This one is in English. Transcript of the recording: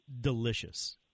delicious